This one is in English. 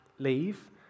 leave